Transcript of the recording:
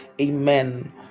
amen